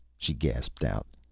she gasped out.